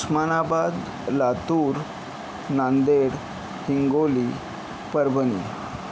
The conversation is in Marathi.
उस्मानाबाद लातूर नांदेड हिंगोली परभणी